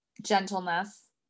gentleness